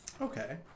Okay